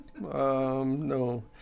No